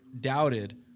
doubted